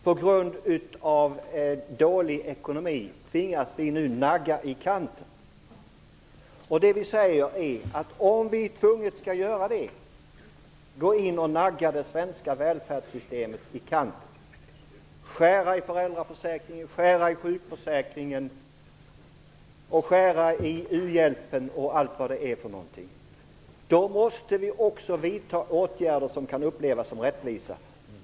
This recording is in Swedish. På grund av dålig ekonomi tvingas vi nu nagga det välfärdssamhället i kanten. Vi säger att om vi tvunget skall gå in och nagga det svenska välfärdssystemet i kanten - skära i föräldraförsäkringen, sjukförsäkringen, u-hjälpen osv. - måste vi också vidta åtgärder som kan upplevas som rättvisa.